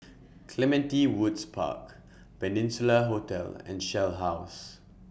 Clementi Woods Park Peninsula Hotel and Shell House